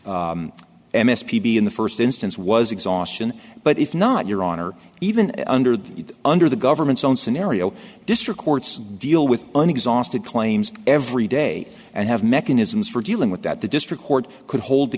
the m s p be in the first instance was exhaustion but if not your honor even under the under the government's own scenario district courts deal with an exhausted claims every day and have mechanisms for dealing with that the district court could hold the